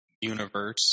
universe